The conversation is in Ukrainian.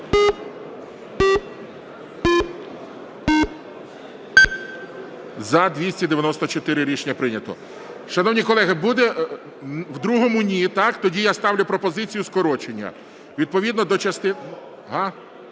За-294 Рішення прийнято. Шановні колеги, буде… В другому – ні, так? Тоді я ставлю пропозицію скорочення. Відповідно до частини…